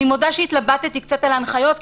אני מודה שהתלבטתי קצת על ההנחיות,